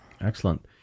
Excellent